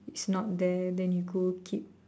it's not there then he go keep